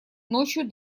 ночью